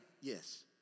Yes